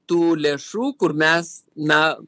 tų lėšų kur mes na